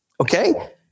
Okay